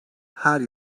her